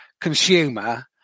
consumer